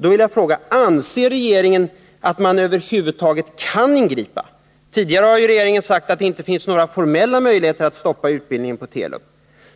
Då vill jag fråga: Anser regeringen att man över huvud taget kan ingripa? Tidigare har ju regeringen sagt att det inte finns några formella möjligheter att stoppa utbildningen på Telub.